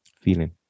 Feeling